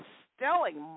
stealing